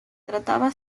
trataba